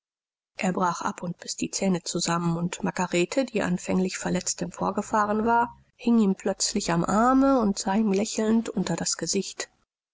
er brach ab und biß die zähne zusammen und margarete die anfänglich verletzt emporgefahren war hing ihm plötzlich am arme und sah ihm lächelnd unter das gesicht